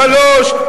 שלושה,